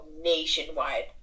nationwide